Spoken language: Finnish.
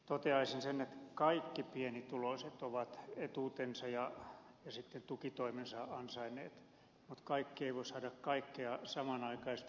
toteaisin sen että kaikki pienituloiset ovat etuutensa ja tukitoimensa ansainneet mutta kaikki eivät voi saada kaikkea samanaikaisesti